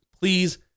please